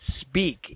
speak